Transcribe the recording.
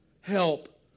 help